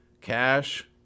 Cash